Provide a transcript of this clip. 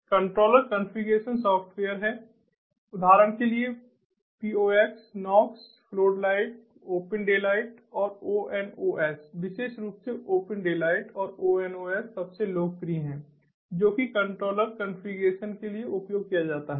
controller configuration software हैं उदाहरण के लिए Pox Nox Floodlight open daylight और ONOS विशेष रूप से open daylight और ONOS सबसे लोकप्रिय हैं जो कि कंट्रोलर कॉन्फ़िगरेशन के लिए उपयोग किया जाता है